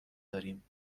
داریم